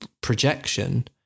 projection